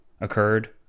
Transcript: occurred